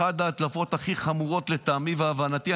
אחת ההדלפות הכי חמורות לטעמי והבנתי.